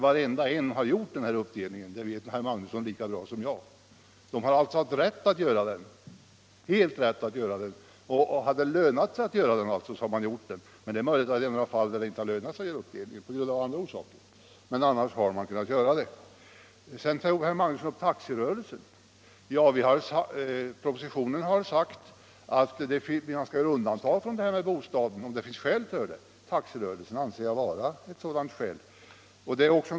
Alla har gjort den här uppdelningen, det vet herr Magnusson lika bra som jag. De har haft helt rätt att göra den, och har det lönat sig har de också gjort den. Sedan talade herr Magnusson om taxirörelsen. I propositionen sägs att undantag från bestämmelserna beträffande bostaden kan medges om det finns skäl för det. Taxirörelse anser jag vara ett sådant skäl.